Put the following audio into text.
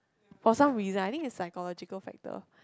for some reasons I think is phycological factor